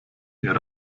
ihre